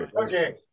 Okay